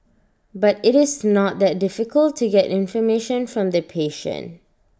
but IT is not that difficult to get information from the patient